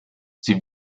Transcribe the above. sie